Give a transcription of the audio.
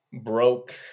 broke